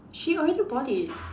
she already bought it